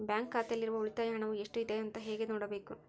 Bank ಖಾತೆಯಲ್ಲಿರುವ ಉಳಿತಾಯ ಹಣವು ಎಷ್ಟುಇದೆ ಅಂತ ಹೇಗೆ ನೋಡಬೇಕು?